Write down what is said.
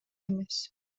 эмес